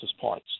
parts